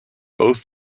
both